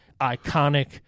iconic –